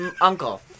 Uncle